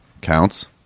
Counts